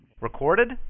Recorded